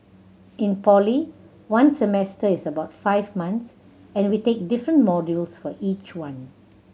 in poly one semester is about five months and we take different modules for each one